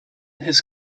his